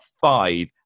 five